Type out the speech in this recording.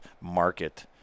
market